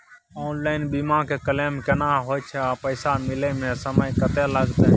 Online बीमा के claim केना होय छै आ पैसा मिले म समय केत्ते लगतै?